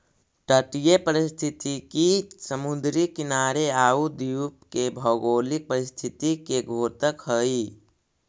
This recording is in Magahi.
तटीय पारिस्थितिकी समुद्री किनारे आउ द्वीप के भौगोलिक परिस्थिति के द्योतक हइ